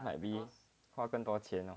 like 比花更多钱 lor